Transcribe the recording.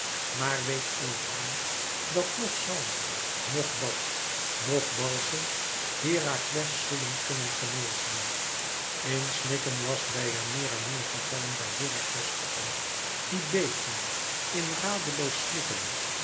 maar weet o vrouw dat noch zalf noch bad noch balsem herakles zullen kunnen genezen in snikken was deianeira neêr gevallen bij herakles voeten die beefden in radeloos snikken